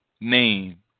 name